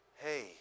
Hey